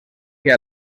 que